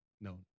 no